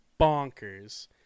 bonkers